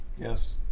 Yes